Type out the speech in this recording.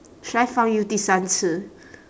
should I 放 you 第三次